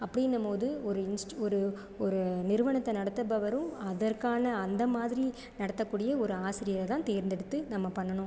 அப்படினபோது ஒரு இன்ஸ்டு ஒரு நிறுவனத்தை நடத்துபவரும் அதற்கான அந்த மாதிரி நடத்தக்கூடிய ஒரு ஆசிரியராக தேர்ந்தெடுத்து நம்ம பண்ணணும்